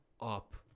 up